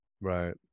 Right